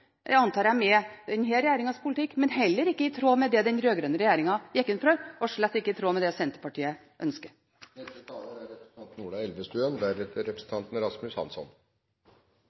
– antar jeg ikke er i tråd med denne regjeringens politikk, det er heller ikke i tråd med det den rød-grønne regjeringen gikk inn for, og slett ikke i tråd med det Senterpartiet ønsker.